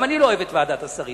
גם אני לא אוהב את ועדת השרים.